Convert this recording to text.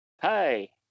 Hey